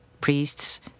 priests